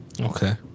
Okay